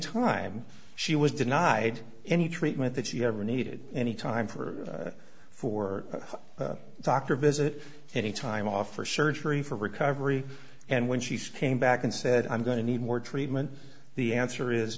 time she was denied any treatment that she ever needed any time for for a doctor visit any time off for surgery for recovery and when she came back and said i'm going to need more treatment the answer is